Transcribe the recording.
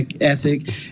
ethic